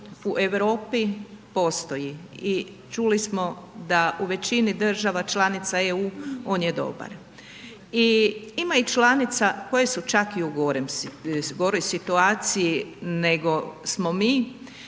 u Europi postoji i čuli smo da u većini država članica EU on je dobar. I ima i članica koje su čak i u goroj situaciji nego smo mi,